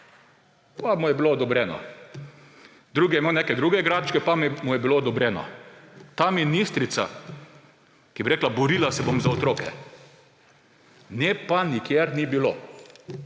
pa mu je bilo odobreno. Drugi je imel neke druge igračke, pa mu je bilo odobreno. Ta ministrica, ki bi rekla, borila se bom za otroke, nje pa nikjer ni bilo.